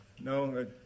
No